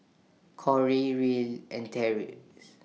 Corry Reil and Tracie